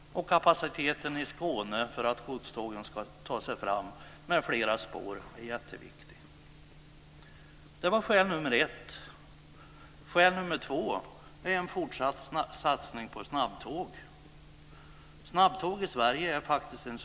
Kapaciteten i Skåne för att godstågen ska ta sig fram med flera spår är också mycket viktig. För det andra: En fortsatt satsning görs på snabbtåg, som faktiskt är en succé i Sverige i dag.